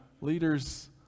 leaders